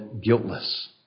guiltless